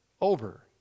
over